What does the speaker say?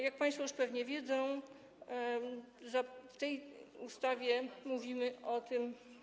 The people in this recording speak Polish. Jak państwo już pewnie wiedzą, w tej ustawie mówimy o tym.